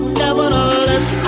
nevertheless